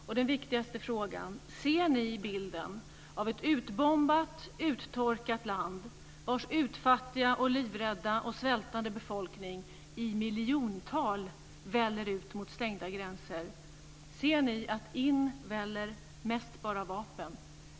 Den viktigaste frågan är: Ser ni bilden av ett utbombat och uttorkat land vars utfattiga, livrädda och svältande befolkning i miljontal väller ut mot stängda gränser? Ser ni att in väller mest bara vapen?